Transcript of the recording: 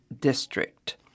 District